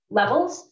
levels